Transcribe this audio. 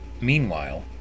Meanwhile